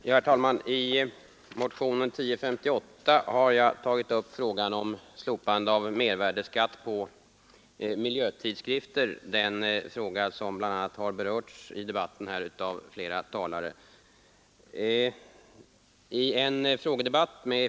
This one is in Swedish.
Herr talman! I motionen 1058 har jag tagit upp frågan om slopande av mervärdeskatt på miljötidskrifter, den fråga som har berörts av flera talare i debatten.